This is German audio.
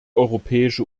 europäische